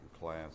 Class